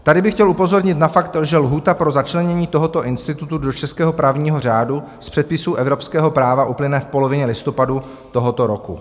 Tady bych chtěl upozornit na fakt, že lhůta pro začlenění tohoto institutu do českého právního řádu z předpisů evropského práva uplyne v polovině listopadu tohoto roku.